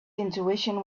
intuition